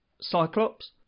Cyclops